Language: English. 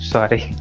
Sorry